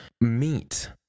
Meat